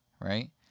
right